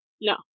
No